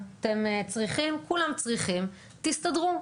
אתם צריכים, כולם צריכים תסתדרו.